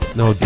no